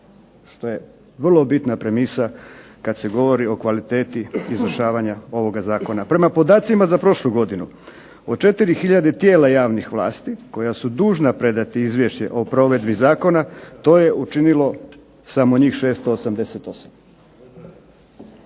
što je vrlo bitna premisa kada se govori o kvaliteti izvršavanja ovoga zakona. Prema podacima za prošlu godinu od 4 hiljade tijela javne vlasti koja su dužna podnijeti izvješće o provedbi zakona, to je učinilo samo 688.